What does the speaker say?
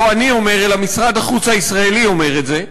לא אני אומר, אלא משרד החוץ הישראלי אומר את זה,